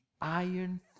iron